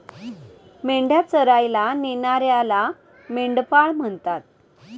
मेंढ्या चरायला नेणाऱ्याला मेंढपाळ म्हणतात